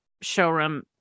showroom